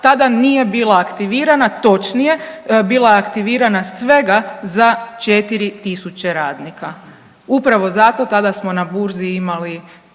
tada nije bila aktivirana, točnije bila je aktivirana svega za 4 tisuće radnika. Upravo zato tada smo na burzi imali